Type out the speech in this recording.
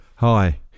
Hi